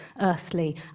earthly